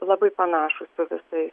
labai panašūs su visais